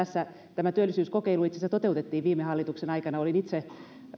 tämä työllisyyskokeilu itse asiassa toteutettiin viime hallituksen aikana ja olin itse